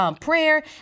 prayer